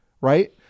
right